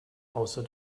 außer